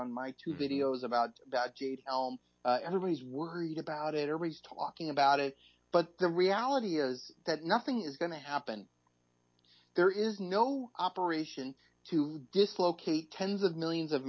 on my two videos about that jade everybody's worried about it or raise talking about it but the reality is that nothing is going to happen there is no operation to dislocate tens of millions of